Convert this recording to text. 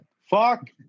Fuck